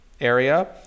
area